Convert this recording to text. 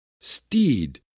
Steed